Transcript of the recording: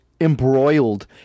embroiled